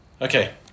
Okay